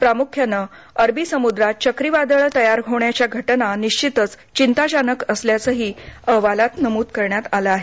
प्रामुख्यानं अरबी समुद्रात चक्रीवादळं तयार होण्याच्या घटना निश्चितच चिंताजनक असल्याचंही अहवालात नमूद करण्यात आलं आहे